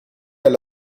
alle